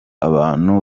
abantu